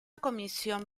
comisión